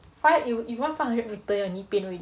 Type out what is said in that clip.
five you run five hundred metres your knee pain already